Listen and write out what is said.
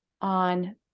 on